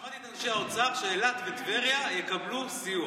שמעתי את אנשי האוצר שאילת וטבריה יקבלו סיוע.